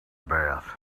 bath